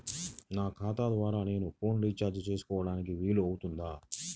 నా ఖాతా ద్వారా నేను ఫోన్ రీఛార్జ్ చేసుకోవడానికి వీలు అవుతుందా?